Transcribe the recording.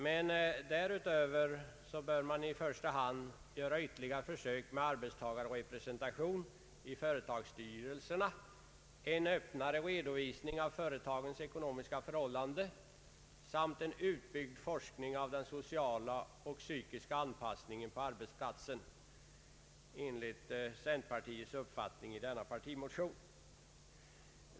Men därutöver bör man i första hand göra ytterligare försök med arbetstagarrepresentation i företagsstyrelserna, en öppnare redovisning av företagens ekonomiska förhållanden samt en utbyggd forskning om den sociala och psykiska anpassningen på arbetsplatsen, enligt centerpartiets uppfattning i denna partimotion.